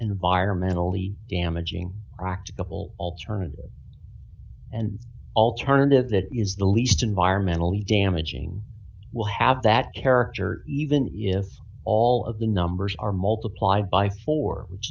environmentally damaging practical alternative and alternative that is the least environmentally damaging we'll have that even if all of the numbers are multiplied by four which